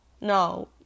no